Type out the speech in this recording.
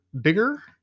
bigger